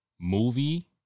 movie